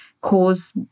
cause